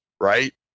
right